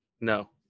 No